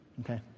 Okay